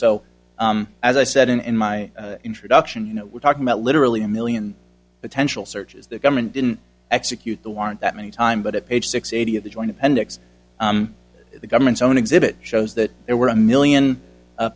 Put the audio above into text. so as i said in my introduction you know we're talking about literally a million potential searches the government didn't execute the warrant that many times but at page six eighty of the joint appendix the government's own exhibit shows that there were a million